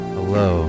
Hello